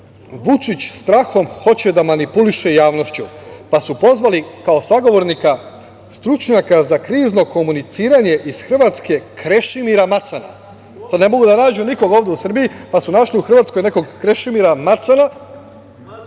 Vučić strahom hoće da manipuliše javnošću, pa su pozvali kao sagovornika stručnjaka za krizno komuniciranje iz Hrvatske Krešimira Macana. Ne mogu da nađu nikog ovde u Srbiji, pa su našli u Hrvatskoj nekog Krešimira Macana,